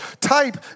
Type